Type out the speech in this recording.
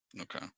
Okay